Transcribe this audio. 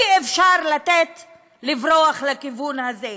אי-אפשר לתת לברוח לכיוון הזה.